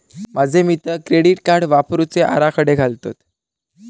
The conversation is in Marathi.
माझे मित्र क्रेडिट कार्ड वापरुचे आराखडे घालतत